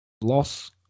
loss